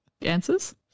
answers